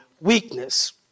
Weakness